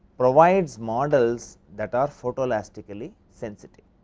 provides models that are photo elastically sensitive.